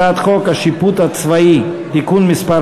הצעת חוק השיפוט הצבאי (תיקון מס'